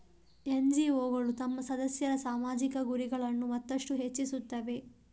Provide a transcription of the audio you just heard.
ಎನ್.ಜಿ.ಒಗಳು ತಮ್ಮ ಸದಸ್ಯರ ಸಾಮಾಜಿಕ ಗುರಿಗಳನ್ನು ಮತ್ತಷ್ಟು ಹೆಚ್ಚಿಸುತ್ತವೆ